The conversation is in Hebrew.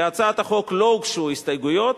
להצעת החוק לא הוגשו הסתייגויות,